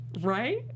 right